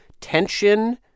tension